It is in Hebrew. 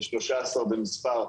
כ-13 במספר,